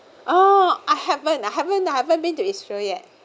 oh I haven't I haven't I haven't been to israel yet